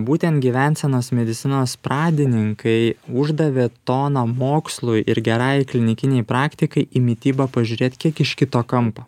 būtent gyvensenos medicinos pradininkai uždavė toną mokslui ir gerajai klinikinei praktikai į mitybą pažiūrėt kiek iš kito kampo